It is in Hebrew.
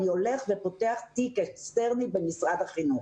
אני הולך ופותח תיק אקסטרני במשרד החינוך,